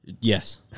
Yes